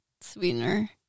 sweetener